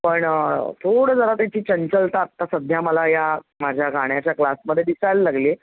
पण थोडं जरा त्याची चंचलता आत्ता सध्या मला या माझ्या गाण्याच्या क्लासमधे दिसायला लागली आहे